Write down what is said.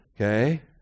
okay